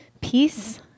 peace